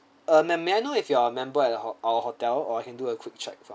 ah ma'am may I know if you are a member at hot~ our hotel or I can do a quick check from